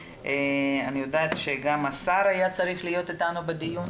אני יודעת שגם השר היה צריך להיות איתנו בדיון.